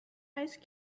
ice